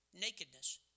nakedness